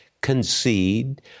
concede